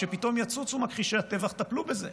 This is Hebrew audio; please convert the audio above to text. כשפתאום יצוצו מכחישי הטבח: טפלו בזה.